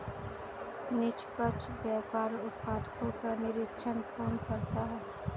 निष्पक्ष व्यापार उत्पादकों का निरीक्षण कौन करता है?